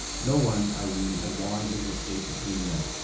no one, i ween, has won his escape between them.